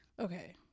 okay